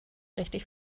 richtig